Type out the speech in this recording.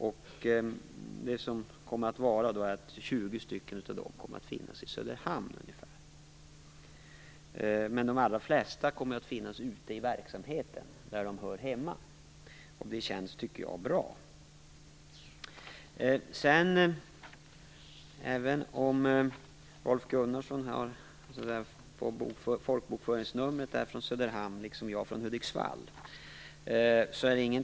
Av dessa kommer ungefär 20 att finnas i Söderhamn. De allra flesta kommer att finnas ute i verksamheten, där de hör hemma, och jag tycker att det känns bra. Rolf Gunnarssons folkbokföringsnummer utgår från Söderhamn och mitt utgår från Hudiksvall.